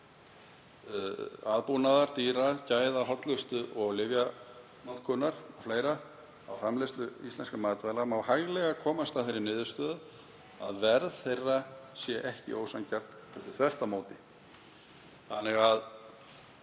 aðbúnaðar dýra, gæða, hollustu, lyfjanotkunar o.fl.) á framleiðslu íslenskra matvæla má hæglega komast að þeirri niðurstöðu að verð þeirra sé ekki ósanngjarnt, heldur þvert á móti.“ Þannig að